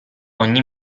ogni